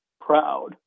Proud